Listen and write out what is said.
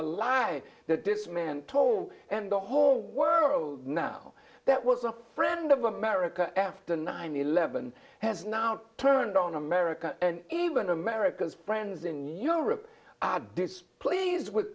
a lie that this man told and the whole world now that was a friend of america after nine eleven has now turned on america and even america's friends in europe are displeased with